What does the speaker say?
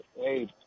hey